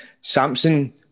Samson